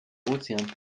ozean